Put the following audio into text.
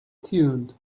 tuned